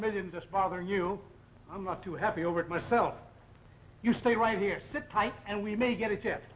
million just bother you i'm not too happy over it myself you stay right here sit tight and we may get a chance